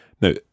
Now